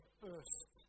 first